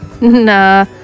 Nah